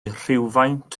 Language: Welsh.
rhywfaint